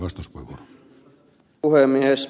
arvoisa puhemies